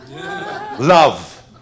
Love